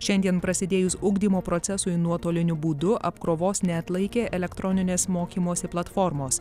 šiandien prasidėjus ugdymo procesui nuotoliniu būdu apkrovos neatlaikė elektroninės mokymosi platformos